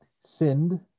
sinned